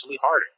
harder